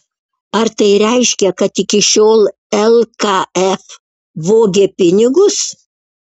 ar tai reiškia kad iki šiol lkf vogė pinigus